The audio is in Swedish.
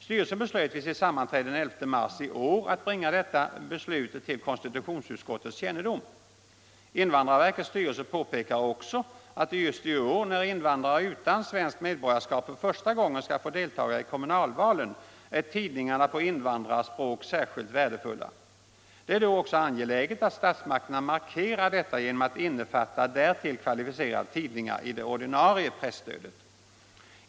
Styrelsen beslöt vid sitt sammanträde den 11 mars i år att bringa detta beslut till konstitutionsutskottets kännedom. Invandrarverkets styrelse påpekar också att just i år, när invandrare utan svenskt medborgarskap för första gången skall få deltaga i kommunalvalen, tidningarna på invandrarspråk är särskilt värdefulla. Det är då också angeläget att statsmakterna markerar detta genom att innefatta därtill kvalificerade tidningar i det ordinarie presstödet.